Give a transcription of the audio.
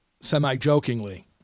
semi-jokingly